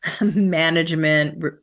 management